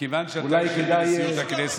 אולי כדאי,